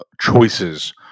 choices